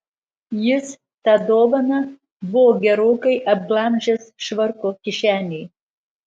jis tą dovaną buvo gerokai apglamžęs švarko kišenėj